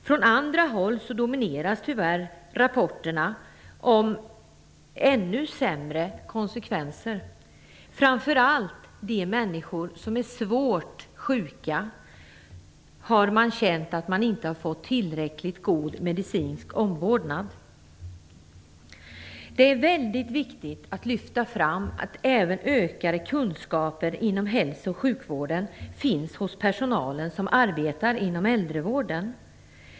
Från andra håll dominerar tyvärr rapporterna om ännu sämre konsekvenser. Man har framför allt känt att de människor som är svårt sjuka inte har fått tillräckligt god medicinsk omvårdnad. Det är mycket viktigt att lyfta fram att även ökade kunskaper inom hälso och sjukvården finns hos den personal som arbetar inom äldrevården.